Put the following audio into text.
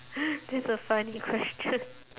that's a funny question